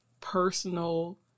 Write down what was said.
personal